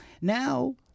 now